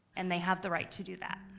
and they have the right to do that.